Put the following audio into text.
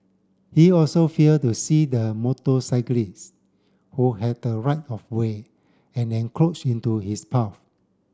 he also failed to see the motorcyclist who had the right of way and encroached into his path